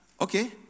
Okay